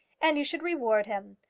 and you should reward him.